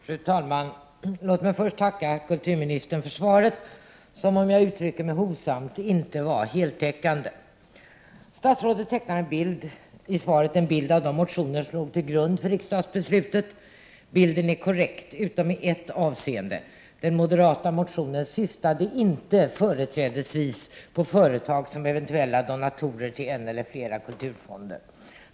Fru talman! Låt mig först tacka kulturministern för svaret som, om jag uttrycker mig hovsamt, inte var heltäckande. Statsrådet tecknar i svaret en bild av de motioner som låg till grund för riksdagsbeslutet. Bilden är korrekt utom i ett avseende: Den moderata motionen syftade inte företrädesvis på företag som eventuella donatorer till en eller flera kulturfonder.